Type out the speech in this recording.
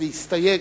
אני קובע שהצעת